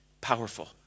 Powerful